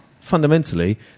fundamentally